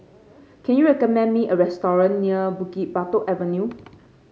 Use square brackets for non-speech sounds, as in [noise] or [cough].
can you recommend me a restaurant near Bukit Batok Avenue [noise]